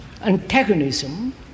antagonism